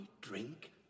drink